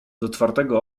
otwartego